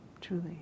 truly